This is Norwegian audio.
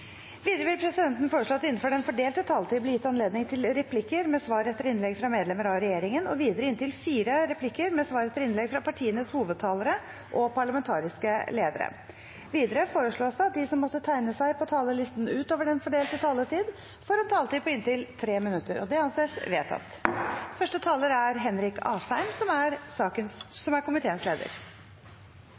Videre vil presidenten foreslå at det – innenfor den fordelte taletid – blir gitt anledning til replikker med svar etter innlegg fra medlemmer av regjeringen, og inntil fire replikker med svar etter innlegg fra partienes hovedtalere og parlamentariske ledere. Videre foreslås det at de som måtte tegne seg på talerlisten utover den fordelte taletid, får en taletid på inntil 3 minutter. – Det anses vedtatt.